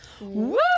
Woo